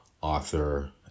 author